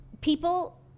people